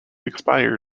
expired